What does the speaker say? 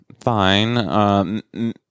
fine